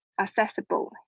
accessible